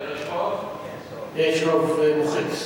ההצעה להעביר את הנושא לוועדת החינוך,